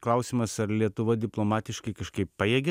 klausimas ar lietuva diplomatiškai kažkaip pajėgia